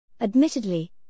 Admittedly